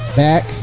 back